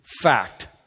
Fact